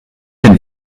den